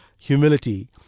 humility